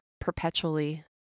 perpetually